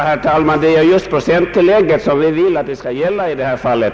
Herr talman! Det är just det procenttillägg herr Dahlberg talade om som vi vill skall gälla i det här fallet.